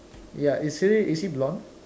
ya is he is he blonde